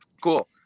Cool